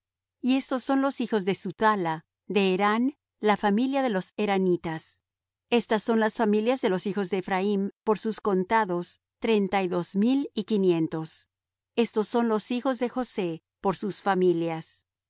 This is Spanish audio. y estos son los hijos de suthala de herán la familia de los heranitas estas son las familias de los hijos de ephraim por sus contados treinta y dos mil y quinientos estos son los hijos de josé por sus familias